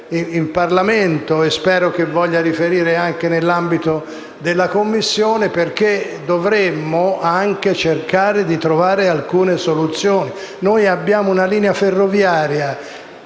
in Parlamento e spero che voglia riferire anche nell'ambito della Commissione, perché dovremmo cercare di trovare alcune soluzioni. Noi abbiamo una linea ferroviaria